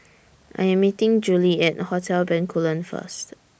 I Am meeting Juli At Hotel Bencoolen First